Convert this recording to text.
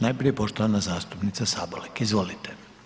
Najprije poštovana zastupnica Sabolek, izvolite.